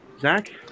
zach